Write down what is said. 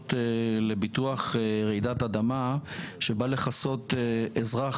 שקשורות לביטוח רעידת אדמה שבא לכסות אזרח